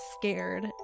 scared